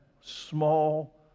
small